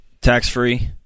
tax-free